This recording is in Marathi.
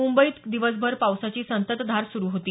मुंबईत दिवसभर पावसाची संततधार सुरु होती